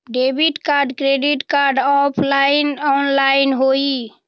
Debit card credit card offline online होई?